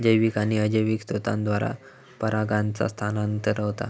जैविक आणि अजैविक स्त्रोतांद्वारा परागांचा स्थानांतरण होता